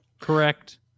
Correct